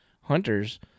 hunters